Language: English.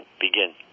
begin